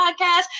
podcast